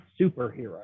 superhero